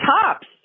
tops